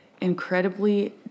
incredibly